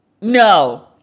No